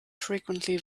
frequently